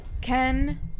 ken